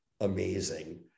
amazing